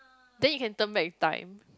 then you can turn back time